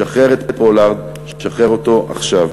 שחרר את פולארד, שחרר אותו עכשיו.